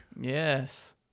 Yes